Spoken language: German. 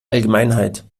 allgemeinheit